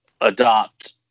adopt